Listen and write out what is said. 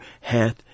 hath